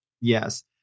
Yes